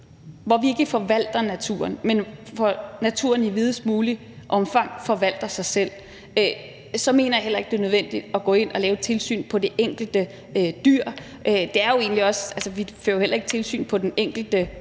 hvor vi ikke forvalter naturen, men hvor naturen i videst muligt omfang forvalter sig selv, så mener jeg heller ikke, at det er nødvendigt at gå ind at lave et tilsyn på det enkelte dyr – vi fører jo heller ikke tilsyn på den enkelte